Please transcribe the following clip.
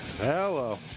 Hello